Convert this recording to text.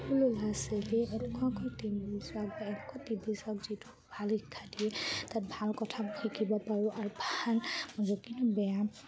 সৰু ল'ৰা ছোৱালীয়ে এনেকুৱাকৈ টি ভি চাওক বা এনেকৈ টি ভি চাওক যিটো ভাল শিক্ষা দিয়ে তাত ভাল কথা মই শিকিব পাৰোঁ আৰু ভাল হয় কিন্তু বেয়া